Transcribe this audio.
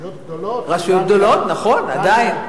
רשויות גדולות, רשויות גדולות, נכון, עדיין.